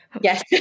Yes